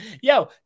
Yo